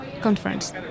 conference